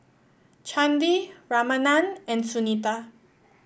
Chandi Ramanand and Sunita